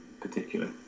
particular